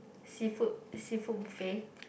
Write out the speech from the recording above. seafood seafood buffet